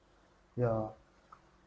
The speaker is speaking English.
yeah